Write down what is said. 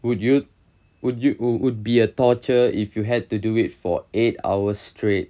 would you would you would be a torture if you had to do it for eight hour straight